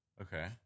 Okay